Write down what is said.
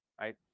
right